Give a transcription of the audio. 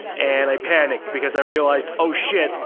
and i panicked because i realized, oh shit.